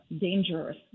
dangerous